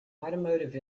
automotive